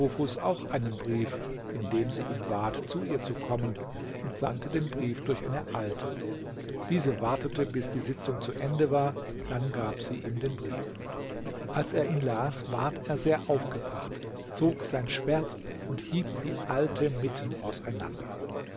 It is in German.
auch einen brief in dem sie ihn bat zu ihr zu kommen und sandte den brief durch eine alte diese wartete bis die sitzung zu ende war dann gab sie ihm den brief als er ihn las ward er sehr aufgebracht zog sein schwert und hieb die alte mitten auseinander